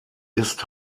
ist